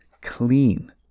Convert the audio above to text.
clean